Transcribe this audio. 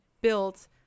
built